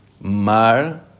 mar